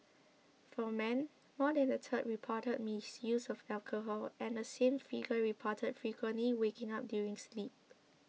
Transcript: for men more than a third reported misuse of alcohol and the same figure reported frequently waking up during sleep